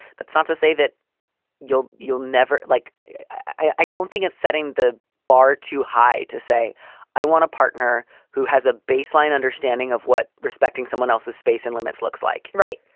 that's not to say that you'll you'll never like i don't think that's setting the bar too high to say i want a partner who has a baseline understanding of what respecting someone else's space and limits looks like. right.